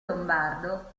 lombardo